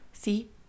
see